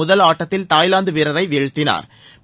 முதல் ஆட்டத்தில் தாய்லாந்து வீரரை வீழ்த்தினா்